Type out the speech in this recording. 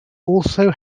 also